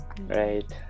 Right